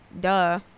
Duh